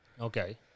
Okay